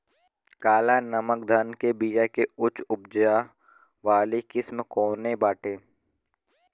काला नमक धान के बिया के उच्च उपज वाली किस्म कौनो बाटे?